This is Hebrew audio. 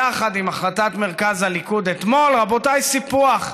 יחד עם החלטת מרכז הליכוד אתמול: רבותיי, סיפוח,